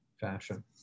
fashion